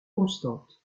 constantes